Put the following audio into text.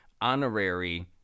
honorary